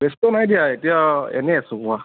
ব্য়স্ত নাই দিয়া এতিয়া এনেই আছোঁ কোৱা